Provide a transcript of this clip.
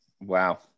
Wow